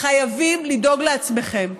חייבים לדאוג לעצמכם.